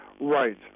Right